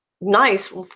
nice